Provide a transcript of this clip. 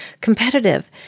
competitive